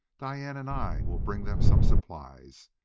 diane and i will bring them some supplies,